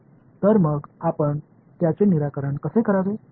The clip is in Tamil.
எனவே அதை எவ்வாறு தீர்ப்பது